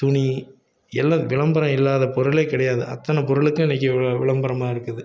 துணி எல்லாம் விளம்பரம் இல்லாத பொருள் கிடையாது அத்தனை பொருளுக்கும் இன்றைக்கி வி விளம்பரமாக இருக்குது